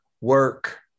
work